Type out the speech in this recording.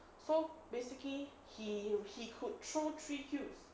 so basically he he could throw three kills